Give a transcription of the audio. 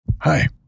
hi